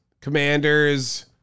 Commanders